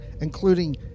including